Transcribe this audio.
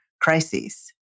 crises